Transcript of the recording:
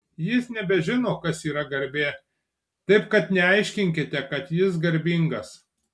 jis nebežino kas yra garbė taip kad neaiškinkite kad jis garbingas